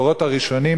בדורות הראשונים,